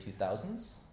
2000s